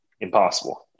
impossible